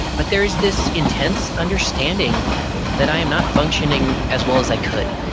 but there's this intense understanding that i am not functioning as well as i could,